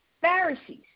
Pharisees